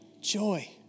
Joy